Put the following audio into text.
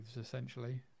essentially